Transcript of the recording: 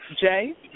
Jay